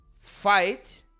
Fight